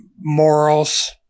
morals